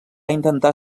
intentar